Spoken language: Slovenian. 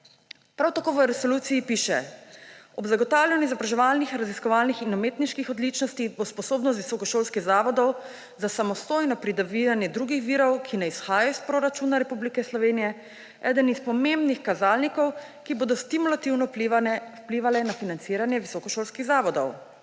Prav tako v resoluciji piše, »ob zagotavljanju izobraževalnih, raziskovalnih in umetniških odličnosti bo sposobnost visokošolskih zavodov za samostojno pridobivanje drugih virov, ki ne izhajajo iz proračuna Republike Slovenije, eden od pomembnih kazalnikov, ki bodo stimulativno vplivali na financiranje visokošolskih zavodov«.